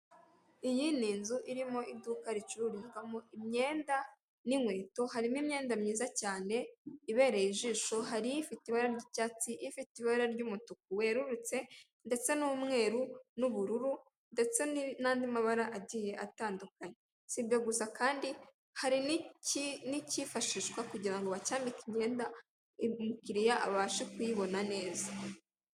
Iyi ni inzu irimo iduka ricururizwamo imyenda n'inkweto, hari imyenda myiza cyane ibereye ijisho, hari ifite ibara ry'icyatsi, ifite ibara ry'umutuku werurutse, ndetse n'umweru n'ubururu ndetse n'andi mabara agiye atandukanye. Si ibyo gusa kandi hari n'icyifashishwa kugira ngo bacyambike imyenda, umukiriya abashe kuyibona neza.